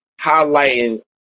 highlighting